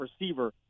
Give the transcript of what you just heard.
receiver